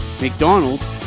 McDonald's